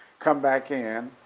come back in,